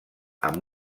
amb